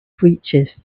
breeches